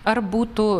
ar būtų